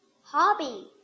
hobby